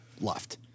left